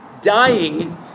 Dying